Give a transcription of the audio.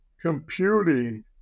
computing